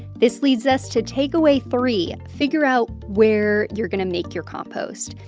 this leads us to takeaway three figure out where you're going to make your compost.